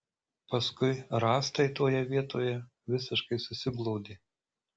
paskui rąstai toje vietoje visiškai susiglaudė